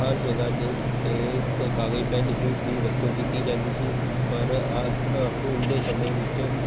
ਹਰ ਜਗ੍ਹਾ 'ਤੇ ਇਹ ਕਾਗਜ਼ ਪੈੱਨ ਹੀ ਦੀ ਵਰਤੋਂ ਕੀਤੀ ਜਾਂਦੀ ਸੀ ਪਰ ਆਹਾ ਹੁਣ ਦੇ ਸਮੇਂ ਵਿੱਚ